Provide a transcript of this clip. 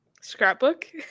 Scrapbook